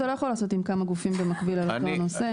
אתה לא יכול לעשות עם כמה גופים במקביל על אותו הנושא.